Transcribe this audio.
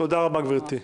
תודה רבה, גברתי.